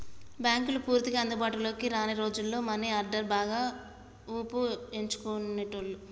బ్యేంకులు పూర్తిగా అందుబాటులోకి రాని రోజుల్లో మనీ ఆర్డర్ని బాగా వుపయోగించేటోళ్ళు